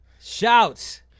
Shouts